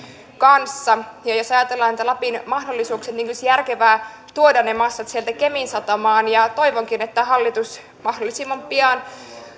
kanssa ja jos ajatellaan niitä lapin mahdollisuuksia niin olisi järkevää tuoda ne massat sieltä kemin satamaan toivonkin että hallitus mahdollisimman pian